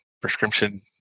prescription